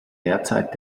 derzeit